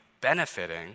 benefiting